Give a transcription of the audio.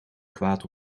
kwaad